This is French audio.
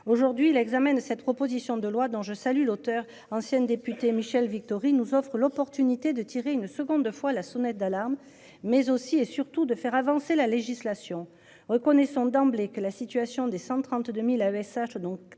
aujourd'hui l'examen de cette proposition de loi dont je salue l'auteur ancienne députée Michèle Victory nous offre l'opportunité de tirer une seconde fois la sonnette d'alarme, mais aussi et surtout de faire avancer la législation reconnaissons d'emblée que la situation des 132.000 AESH, donc 93%